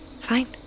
Fine